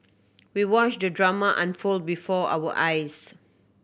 we watched the drama unfold before our eyes